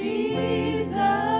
Jesus